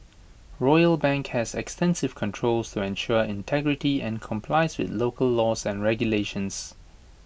royal bank has extensive controls to ensure integrity and complies with local laws and regulations